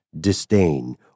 disdain